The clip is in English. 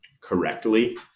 correctly